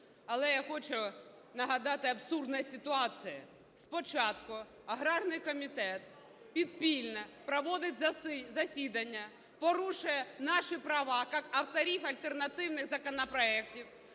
Але я хочу нагадати абсурдність ситуації. Спочатку аграрний комітет підпільно проводить засідання, порушує наші права як авторів альтернативних законопроектів,